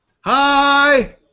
Hi